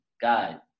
God